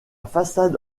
façade